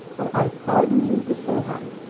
for i pardon you beforehand.